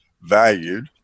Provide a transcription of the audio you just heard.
valued